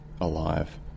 alive